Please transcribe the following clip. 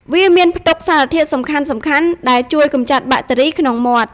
វាមានផ្ទុកសារធាតុសំខាន់ៗដែលជួយកម្ចាត់បាក់តេរីក្នុងមាត់។